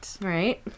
right